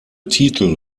titel